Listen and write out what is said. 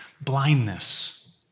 blindness